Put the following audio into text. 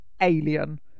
Alien